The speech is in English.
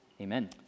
Amen